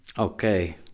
Okay